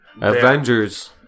Avengers